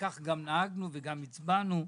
וכך גם נהגנו והצבענו,